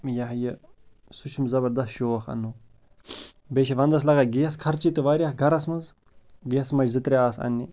یہِ ہَہ یہِ سُہ چھُم زبردست شوق انٛنُک بیٚیہِ چھِ ونٛدَس لَگان گیس خرچہٕ تہِ واریاہ گَرَس منٛز گیسہٕ مَچہٕ زٕ ترٛےٚ آسہٕ اںٛنہِ